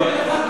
טוב.